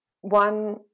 one